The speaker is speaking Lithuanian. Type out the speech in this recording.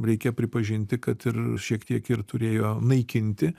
reikia pripažinti kad ir šiek tiek ir turėjo naikinti